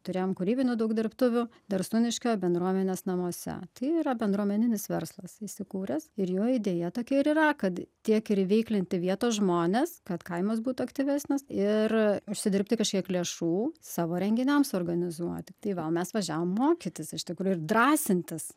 turėjom kūrybinių daug dirbtuvių darsūniškio bendruomenės namuose tai yra bendruomeninis verslas įsikūręs ir jo idėja tokia ir yra kad tiek ir įveiklinti vietos žmones kad kaimas būtų aktyvesnis ir užsidirbti kažkiek lėšų savo renginiams organizuoti tai va o mes važiavom mokytis iš tikrų ir drąsintis